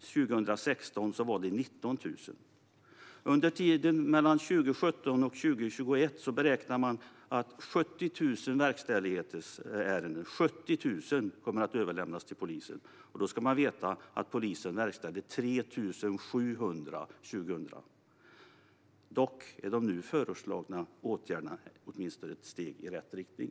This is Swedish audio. År 2016 var det 19 000. Under tiden 2017-2021 beräknar man att 70 000 verkställighetsärenden kommer att överlämnas till polisen, och då ska man veta att polisen verkställde 3 700 ärenden 2016. Dock är de nu förslagna åtgärderna åtminstone ett steg i rätt riktning.